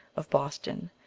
of boston,